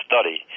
study